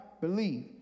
believe